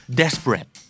desperate